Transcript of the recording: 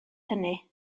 hynny